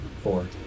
Four